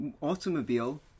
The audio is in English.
automobile